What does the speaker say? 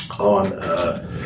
on